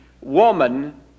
woman